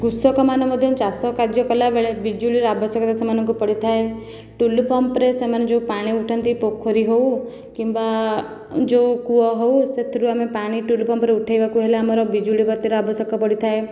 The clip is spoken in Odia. କୃଷକମାନେ ମଧ୍ୟ ଚାଷ କାର୍ଯ୍ୟ କଲା ବେଳେ ବିଜୁଳିର ଆବଶ୍ୟକତା ସେମାନଙ୍କୁ ପଡ଼ିଥାଏ ଟୁଲୁ ପମ୍ପରେ ସେମାନେ ଯେଉଁ ପାଣି ଉଠାନ୍ତି ପୋଖରୀ ହେଉ କିମ୍ବା ଯେଉଁ କୂଅ ହେଉ ସେଥିରୁ ଆମେ ପାଣି ଟୁଲୁ ପମ୍ପରୁ ଉଠାଇବାକୁ ହେଲେ ଆମର ବିଜୁଳିବତୀର ଆବଶ୍ୟକ ପଡ଼ିଥାଏ